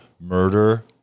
murder